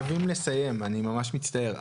אנחנו חייבים לסיים, אני ממש מצטער.